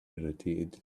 irritated